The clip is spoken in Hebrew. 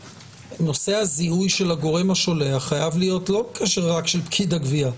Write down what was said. נושא הזיהוי של הגורם השולח חייב להיות לא רק קשר של פקיד הגבייה.